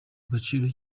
agaciro